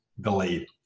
delayed